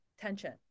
tension